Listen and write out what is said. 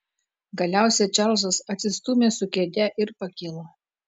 galiausiai čarlzas atsistūmė su kėde ir pakilo